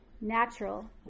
natural